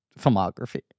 filmography